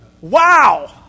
Wow